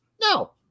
No